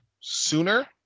sooner